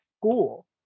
school